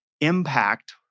impact